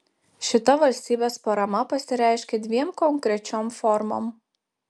šita valstybės parama pasireiškia dviem konkrečiom formom